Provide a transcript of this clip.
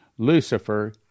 Lucifer